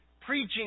preaching